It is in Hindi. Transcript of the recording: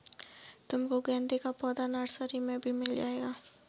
तुमको गेंदे का पौधा नर्सरी से भी मिल जाएगा